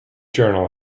journal